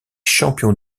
champion